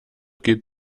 geht